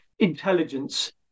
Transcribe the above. intelligence